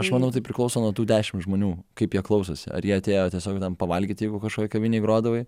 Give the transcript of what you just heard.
aš manau tai priklauso nuo tų dešim žmonių kaip jie klausosi ar jie atėjo tiesiog ten pavalgyt jeigu kažkokioj kavinėj grodavai